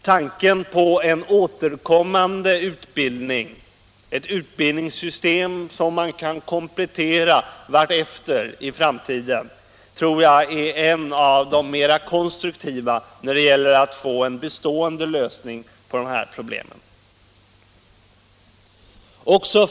Tanken på en återkommande utbildning — ett system där man kan komplettera sin utbildning undan för undan -— tror jag är ett av de mera konstruktiva uppslagen när det gäller att nå en bestående lösning av de här problemen.